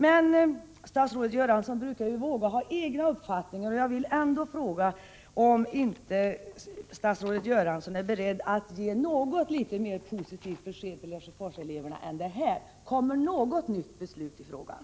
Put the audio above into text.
Men statsrådet Göransson brukar ju våga ha egna uppfattningar, och därför vill jag ändå fråga om inte statsrådet är beredd att ge ett något mer positivt besked till Lesjöforseleverna. Kommer något nytt beslut i frågan?